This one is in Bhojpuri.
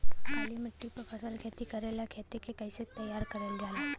काली मिट्टी पर फसल खेती करेला खेत के कइसे तैयार करल जाला?